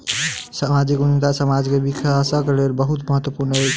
सामाजिक उद्यमिता समाज के विकासक लेल बहुत महत्वपूर्ण अछि